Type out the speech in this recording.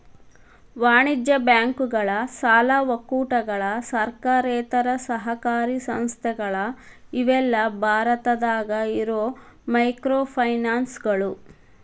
ವಾಣಿಜ್ಯ ಬ್ಯಾಂಕುಗಳ ಸಾಲ ಒಕ್ಕೂಟಗಳ ಸರ್ಕಾರೇತರ ಸಹಕಾರಿ ಸಂಸ್ಥೆಗಳ ಇವೆಲ್ಲಾ ಭಾರತದಾಗ ಇರೋ ಮೈಕ್ರೋಫೈನಾನ್ಸ್ಗಳು